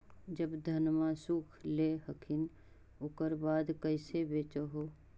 जब धनमा सुख ले हखिन उकर बाद कैसे बेच हो?